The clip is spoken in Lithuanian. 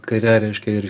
kare reiškia ir